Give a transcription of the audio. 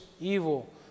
evil